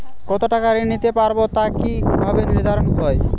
কতো টাকা ঋণ নিতে পারবো তা কি ভাবে নির্ধারণ হয়?